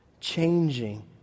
changing